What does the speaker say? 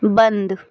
बंद